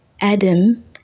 Adam